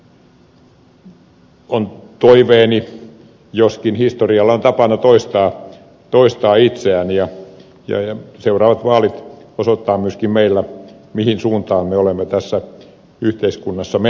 tämä on toiveeni joskin historialla on tapana toistaa itseään ja seuraavat vaalit osoittavat myöskin meillä mihin suuntaan me olemme tässä yhteiskunnassa menossa